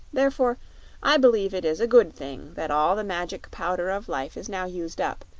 therefore i believe it is a good thing that all the magic powder of life is now used up,